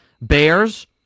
Bears